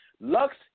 Lux